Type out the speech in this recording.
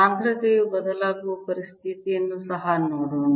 ಸಾಂದ್ರತೆಯು ಬದಲಾಗುವ ಪರಿಸ್ಥಿತಿಯನ್ನು ಸಹ ನೋಡೋಣ